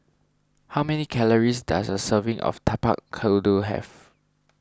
how many calories does a serving of Tapak Kuda have